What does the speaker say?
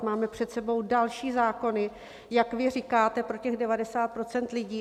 Máme před sebou další zákony, jak vy říkáte, pro těch 90 % lidí.